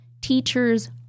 teachers